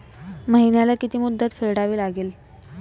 महिन्याला किती मुद्दल फेडावी लागेल?